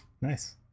Nice